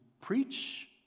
preach